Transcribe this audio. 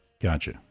Gotcha